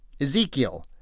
Ezekiel